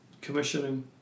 commissioning